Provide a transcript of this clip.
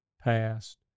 past